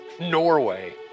Norway